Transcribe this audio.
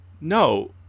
no